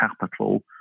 capital